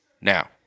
Now